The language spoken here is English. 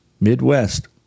Midwest